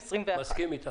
תודה.